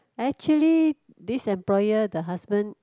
actually this employer the husband